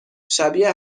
شبیه